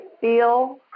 feel